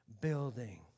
building